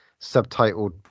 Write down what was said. subtitled